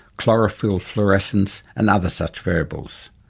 chlorophyll fluorescence and other such variables.